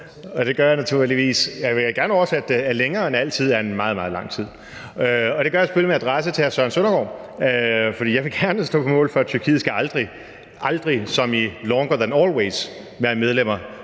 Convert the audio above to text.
a long, long time – og jeg vil gerne oversætte det: Længere end altid er en meget, meget lang tid – og det gør jeg selvfølgelig med adresse til hr. Søren Søndergaard. For jeg vil gerne stå på mål for, at Tyrkiet aldrig – aldrig som i longer than always – skal være medlemmer